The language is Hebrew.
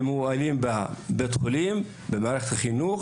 אם הוא אלים בבית החולים ובמערכת החינוך,